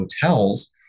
hotels